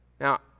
Now